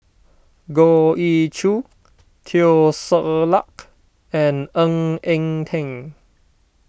Goh Ee Choo Teo Ser Luck and Ng Eng Teng